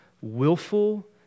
willful